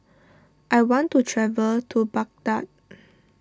I want to travel to Baghdad